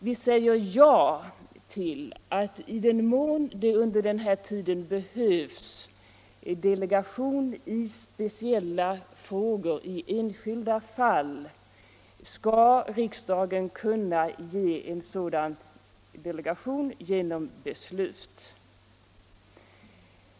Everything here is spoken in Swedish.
Vi säger ja till att riksdagen i den mån det under denna tid behövs delegation i speciella frågor i enskilda fall skall kunna ge sådan delegation genom beslut.